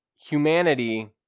humanity